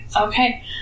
Okay